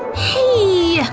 hey!